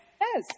Yes